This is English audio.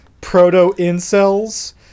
proto-incels